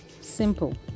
simple